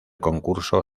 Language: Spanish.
concurso